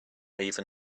even